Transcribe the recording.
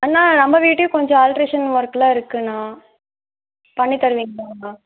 அண்ணா நம்ப வீட்டையும் கொஞ்சம் ஆல்ட்ரேஷன் ஒர்க் எல்லாம் இருக்கு அண்ணா பண்ணி தருவீங்களா அண்ணா